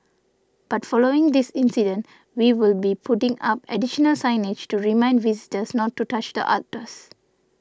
but following this incident we will be putting up additional signage to remind visitors not to touch the otters